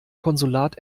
konsulat